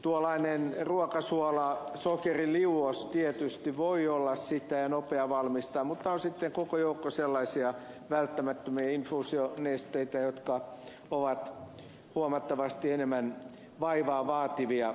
tuollainen ruokasuola sokeri liuos tietysti voi olla yksinkertainen ja nopea valmistaa mutta on sitten koko joukko sellaisia välttämättömiä infuusionesteitä jotka ovat huomattavasti enemmän vaivaa vaativia